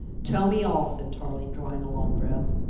tell me all, said tarling, drawing a long breath.